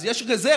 אז יש רזרבה.